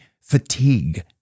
fatigue